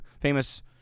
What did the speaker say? famous